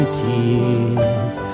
tears